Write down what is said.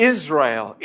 Israel